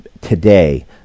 today